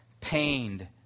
Pained